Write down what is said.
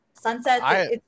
sunset